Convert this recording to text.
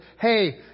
Hey